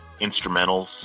instrumentals